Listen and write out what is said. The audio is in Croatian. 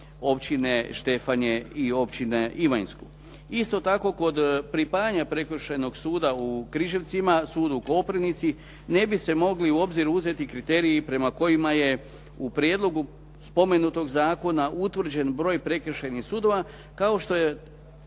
Općine Štefanje i Općine Ivanjsku. Isto tako kod pripajanja Prekršajnog suda u Križevcima, sud u Koprivnici, ne bi se mogli u obzir uzeti kriteriji prema kojima je u prijedlogu spomenutog zakona utvrđen broj prekršajnih sudova kao što je